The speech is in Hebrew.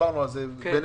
דיברנו על זה בינינו,